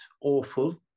awful